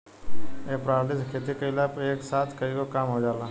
ए प्रणाली से खेती कइला पर एक साथ कईगो काम हो जाला